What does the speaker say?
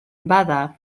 bada